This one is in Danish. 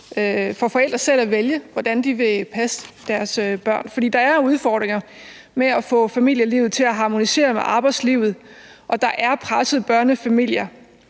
for forældre til selv at vælge, hvordan de vil passe deres børn. For der er udfordringer med at få familielivet til at harmonere med arbejdslivet, og der er pressede børnefamilier,